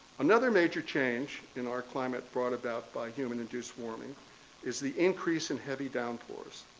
another major change in our climate brought about by human-induced warming is the increase in heavy downpours.